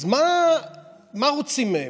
אז מה רוצים מהם?